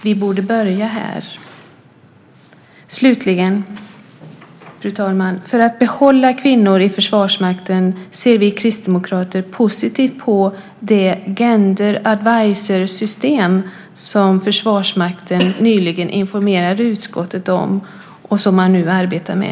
Vi borde börja här. För att behålla kvinnor i Försvarsmakten ser vi kristdemokrater positivt på det gender adviser system som Försvarsmakten nyligen informerade utskottet om och som man nu arbetar med.